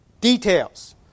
Details